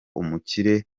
umukire